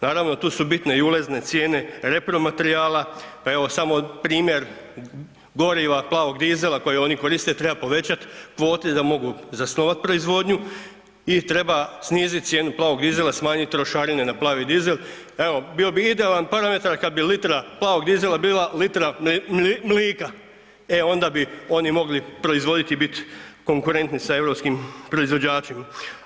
Naravno tu su bitne i ulazne cijene repromaterijala, pa evo samo primjer goriva plavog dizela kojeg oni koriste treba povećati kvote i da mogu zasnovat proizvodnju i treba snizit cijenu plavog dizela, smanjit trošarine na plavi dizel, evo bi idealan parametar kad bi litra plavog dizela bila litra mlika, e onda bi oni mogli proizvoditi i bit konkurentni sa europskim proizvođačima.